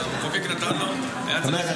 המחוקק נתן לו --- זאת אומרת,